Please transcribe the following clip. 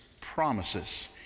promises